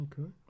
Okay